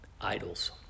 idols